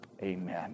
Amen